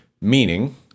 meaning